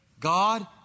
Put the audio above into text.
God